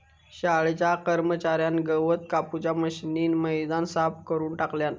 शाळेच्या कर्मच्यार्यान गवत कापूच्या मशीनीन मैदान साफ करून टाकल्यान